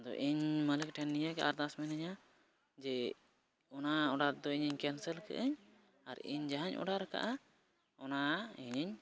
ᱟᱫᱚ ᱤᱧ ᱢᱟᱹᱞᱤᱠ ᱴᱷᱮᱱ ᱱᱤᱭᱟᱹᱜᱮ ᱟᱨᱫᱟᱥ ᱢᱤᱱᱟᱹᱧᱟ ᱡᱮ ᱚᱱᱟ ᱚᱰᱟᱨ ᱫᱚ ᱤᱧ ᱠᱮᱱᱥᱮᱞ ᱠᱮᱫᱟᱹᱧ ᱟᱨ ᱤᱧ ᱡᱟᱦᱟᱸᱧ ᱚᱰᱟᱨ ᱠᱟᱜᱼᱟ ᱚᱱᱟ ᱤᱧᱤᱧ